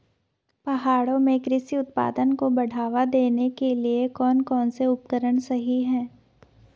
पहाड़ों में कृषि उत्पादन को बढ़ावा देने के लिए कौन कौन से उपकरण सही हैं?